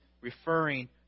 referring